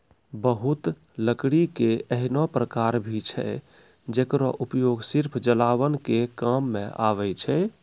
बहुत लकड़ी के ऐन्हों प्रकार भी छै जेकरो उपयोग सिर्फ जलावन के काम मॅ आवै छै